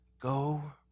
Go